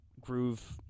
groove